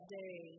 day